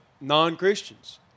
non-Christians